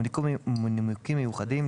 ומנימוקים מיוחדים,